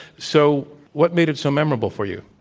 so what made it so memorable for you?